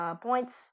points